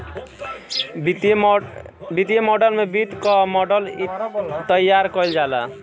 वित्तीय मॉडल में वित्त कअ मॉडल तइयार कईल जाला